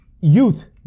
youth